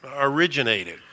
originated